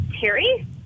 Terry